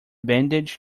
bandage